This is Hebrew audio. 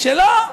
כשלא,